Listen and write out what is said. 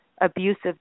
abusive